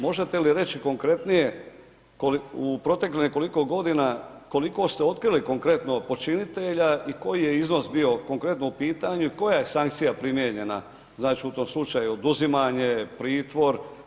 Možete li reći konkretnije u proteklih nekoliko godina koliko ste otkrili konkretno počinitelja i koji je iznos bio konkretno u pitanju i koja je sankcija primijenjena znači u tom slučaju – oduzimanje, pritvor?